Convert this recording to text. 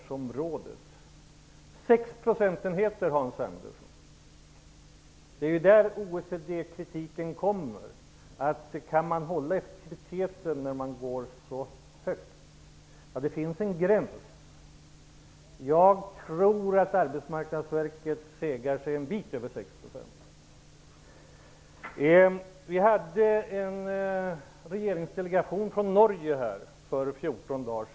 Sedan var det de 6 procentenheterna, Hans Andersson. Det är i det avseendet som det kommer kritik från OECD. Kan man hålla effektiviteten när man går så högt? Ja, det finns en gräns. Jag tror att Arbetsmarknadsverket segar sig en bit över 6 %. För 14 dagar sedan var en norsk regeringsdelegation här.